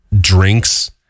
drinks